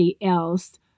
else